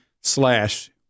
slash